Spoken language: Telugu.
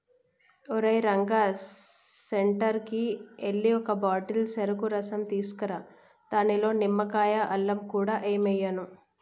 ఓరేయ్ రంగా సెంటర్కి ఎల్లి ఒక బాటిల్ సెరుకు రసం తీసుకురా దానిలో నిమ్మకాయ, అల్లం కూడా ఎయ్యమను